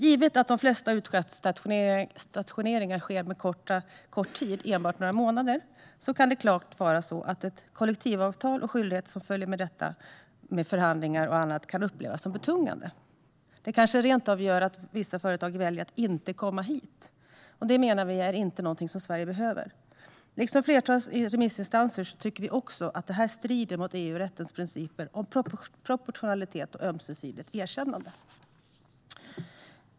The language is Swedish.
Givet att de flesta utstationeringar sker under kort tid - enbart några månader - kan såklart ett kollektivavtal och de skyldigheter som följer av detta med förhandlingar och annat upplevas som betungande. Det kanske rent av gör att vissa företag väljer att inte komma hit. Det, menar vi, är inte någonting som Sverige behöver. Liksom flertalet remissinstanser tycker vi också att det här strider mot EU-rättens principer om proportionalitet och ömsesidigt erkännande.